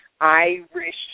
Irish